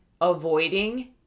avoiding